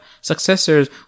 successors